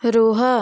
ରୁହ